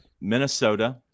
Minnesota